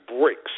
breaks